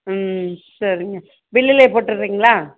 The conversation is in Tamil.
ம் சரிங்க பில்லுலேயே போட்டுடுறீங்களா